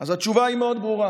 אז התשובה היא מאוד ברורה: